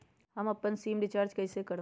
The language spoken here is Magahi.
हम अपन सिम रिचार्ज कइसे करम?